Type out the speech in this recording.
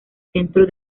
centro